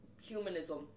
humanism